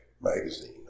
magazine